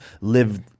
live